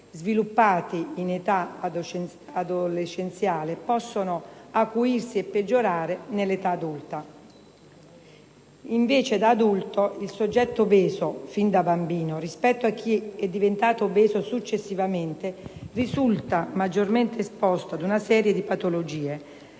sviluppati in età adolescenziale possono acuirsi e peggiorare nell'età adulta. Da adulto, il soggetto obeso fin da bambino, rispetto a chi è diventato obeso successivamente, risulta maggiormente esposto ad una serie di patologie,